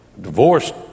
divorced